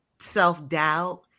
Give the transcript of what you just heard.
Self-doubt